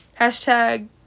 hashtag